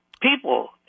people